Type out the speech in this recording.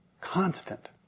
Constant